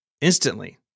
instantly